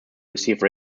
receive